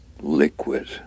liquid